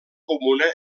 comuna